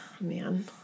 Man